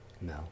no